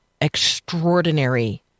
extraordinary